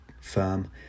firm